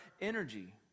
energy